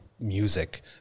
music